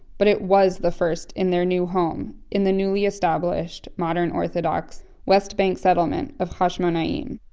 but it was the first in their new home, in the newly established, modern orthodox, west bank settlement of hashmonaiim.